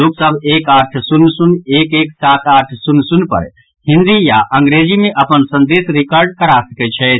लोक सभ एक आठ शून्य शून्य एक एक सात आठ शून्य शून्य पर हिन्दी आ अंग्रेजी मे अपन संदेश रिकॉर्ड करा सकैत छथि